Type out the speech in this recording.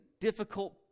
difficult